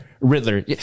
riddler